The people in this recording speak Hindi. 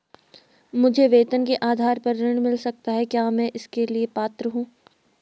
क्या मुझे वेतन के आधार पर ऋण मिल सकता है क्या मैं इसके लिए पात्र हूँ?